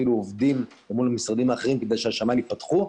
אפילו עובדים אל מול המשרדים האחרים כדי שהשמים ייפתחו,